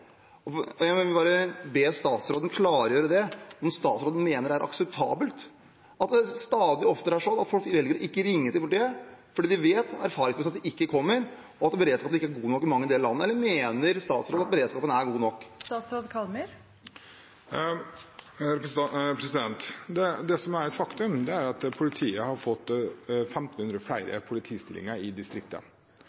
Jeg vil bare be statsråden klargjøre om han mener det er akseptabelt at det stadig oftere er slik at folk velger å ikke ringe til politiet fordi de erfaringsmessig vet at de ikke kommer, og at beredskapen ikke er god nok i mange deler av landet. Eller mener statsråden at beredskapen er god nok? Det som er et faktum, er at politiet har fått 1 500 flere